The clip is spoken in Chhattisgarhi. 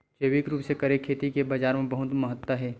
जैविक रूप से करे खेती के बाजार मा बहुत महत्ता हे